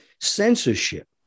Censorship